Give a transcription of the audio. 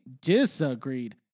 disagreed